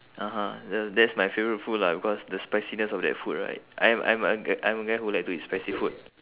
(uh huh) that that's my favorite food lah because the spiciness of that food right I'm I'm a g~ I'm a guy who likes to eat spicy food